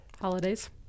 Holidays